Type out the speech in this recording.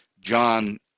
John